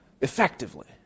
effectively